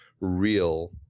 real